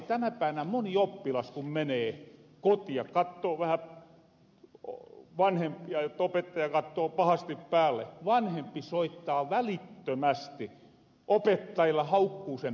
tänä päivänä moni oppilas kun menee kotia ja kattoo vähän vanhempia että opettaja kattoo pahasti päälle vanhempi soittaa välittömästi opettajalle haukkuu sen pystyyn